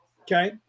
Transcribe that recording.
okay